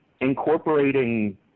incorporating